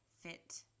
fit